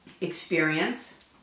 experience